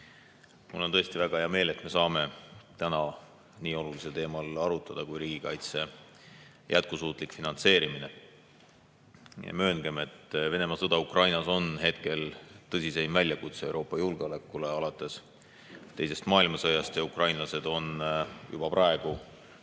Mul on tõesti väga hea meel, et me saame täna arutada nii olulisel teemal kui riigikaitse jätkusuutlik finantseerimine. Mööngem, et Venemaa sõda Ukrainas on hetkel tõsiseim väljakutse Euroopa julgeolekule alates teisest maailmasõjast. Ja ukrainlased on juba praegu